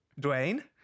dwayne